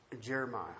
Jeremiah